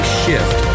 shift